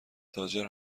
تاجر